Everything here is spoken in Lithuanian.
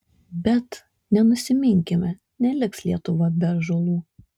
bet nenusiminkime neliks lietuva be ąžuolų